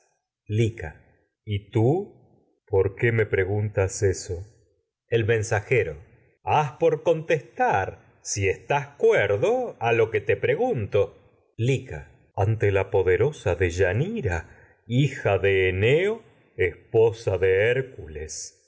lica y tú por qué me por preguntas contestar eso si estás cuerdo el mensajero lo haz a que te pregunto lica ante la poderosa deyanira no hija de eneo esposa ra de hércules